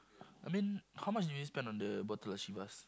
I mean how much did we spend on the bottle of Chivas